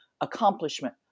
accomplishment